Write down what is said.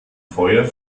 feuer